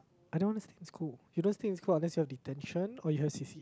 I don't wanna stay in school you don't stay in school unless you have detention or you have C_C_A